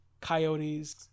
Coyotes